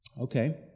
Okay